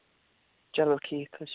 چلو ٹھیٖک حظ چھُ